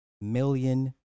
million